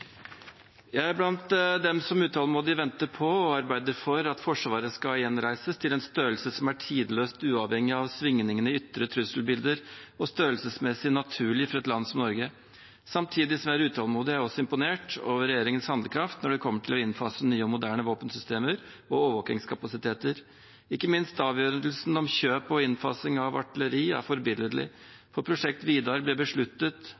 Jeg er blant dem som utålmodig venter på og arbeider for at Forsvaret skal gjenreises til en størrelse som er tidløst uavhengig av svingningene i ytre trusselbilder og naturlig for et land som Norge. Samtidig som jeg er utålmodig, er jeg imponert over regjeringens handlekraft når det kommer til å innfase nye og moderne våpensystemer og overvåkingskapasiteter. Ikke minst avgjørelsen om kjøp og innfasing av artilleri er forbilledlig. Fra prosjekt VIDAR ble besluttet